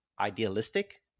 idealistic